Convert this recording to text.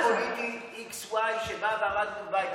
אני לא מדבר על פעיל פוליטי x או y שבא ועמד מול בית.